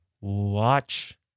Watch